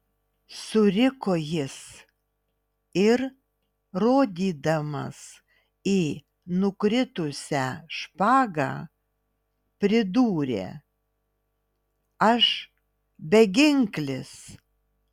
suriko jis ir rodydamas į nukritusią špagą pridūrė aš beginklis